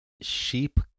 Sheep